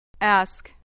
Ask